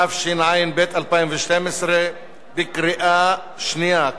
התשע"ב 2012, בקריאה שנייה.